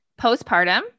postpartum